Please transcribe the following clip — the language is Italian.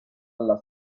alle